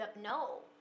no